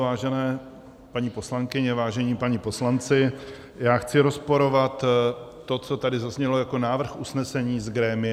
Vážené paní poslankyně, vážení páni poslanci, já chci rozporovat to, co tady zaznělo jako návrh usnesení z grémia.